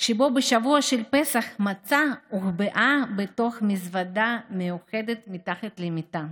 שבו בשבוע של פסח מצה הוחבאה בתוך מזוודה מיוחדת מתחת למיטה.